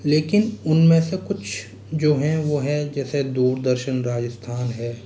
लेकिन उनमें से कुछ जो है वो है जैसे दूरदर्शन राजस्थान है